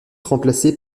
remplacé